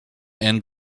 and